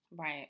Right